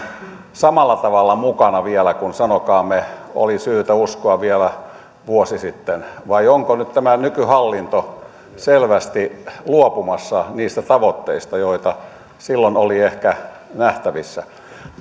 samalla tavalla mukana vielä kuin sanokaamme oli syytä uskoa vielä vuosi sitten vai onko nyt tämä nykyhallinto selvästi luopumassa niistä tavoitteista joita silloin oli ehkä nähtävissä